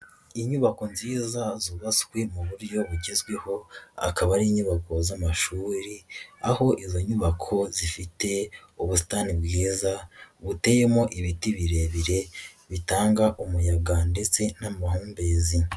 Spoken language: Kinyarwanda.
Inyubako nziza zubatswe mu buryo bugezweho, akaba ari inyubako z'amashuri, aho izo nyubako zifite ubusitani bwiza, buteyemo ibiti birebire bitanga umuyaga ndetse n'amahumbezi.